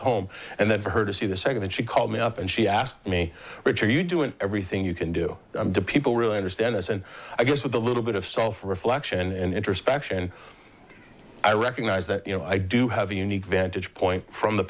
to home and that for her to see the second that she called me up and she asked me which are you doing everything you can do to people really understand this and i guess with a little bit of self reflection and introspection i recognize that you know i do have a unique vantage point from the